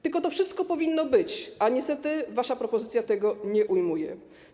Tylko to wszystko powinno być, a niestety wasza propozycja tego nie ujmuje.